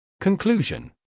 Conclusion